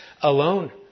alone